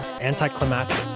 anticlimactic